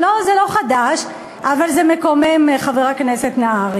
לא, זה לא חדש, אבל זה מקומם, חבר הכנסת נהרי.